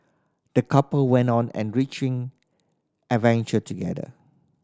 the couple went on enriching adventure together